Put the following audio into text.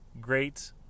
great